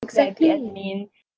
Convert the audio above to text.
exactly